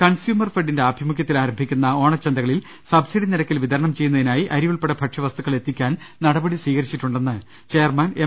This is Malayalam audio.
കൺസ്യൂമർ ഫെഡിന്റെ ആഭിമുഖ്യത്തിൽ ആരംഭിക്കുന്ന ഓണ ചന്തകളിൽ സബ്സിഡി നിരക്കിൽ വിതരണം ചെയ്യുന്നതിനായിഅ രിയുൾപ്പടെ ഭക്ഷ്യവസ്തുക്കൾ എത്തിക്കാൻ നടപടി സ്വീകരിച്ചിട്ടു ണ്ടെന്ന് ചെയർമാൻ എം